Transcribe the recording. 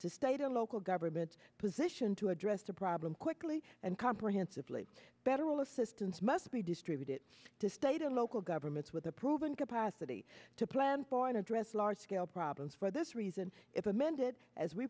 to state or local government position to address the problem quickly and comprehensively better all assistance must be distributed to state and local governments with a proven capacity to plan for and address large scale problems for this reason if amended as we